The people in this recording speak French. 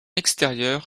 extérieur